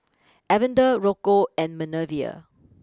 Evander Rocco and Minervia